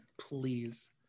Please